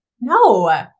No